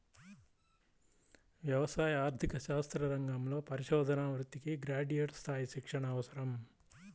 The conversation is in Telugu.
వ్యవసాయ ఆర్థిక శాస్త్ర రంగంలో పరిశోధనా వృత్తికి గ్రాడ్యుయేట్ స్థాయి శిక్షణ అవసరం